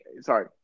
sorry